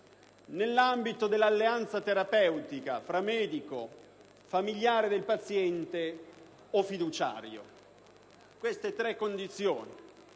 nell'ambito dell'alleanza terapeutica tra medico e familiari del paziente o fiduciario. Queste erano le tre condizioni